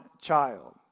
child